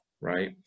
right